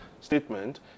statement